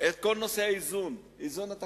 את כל נושא האיזון התקציבי.